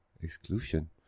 Exclusion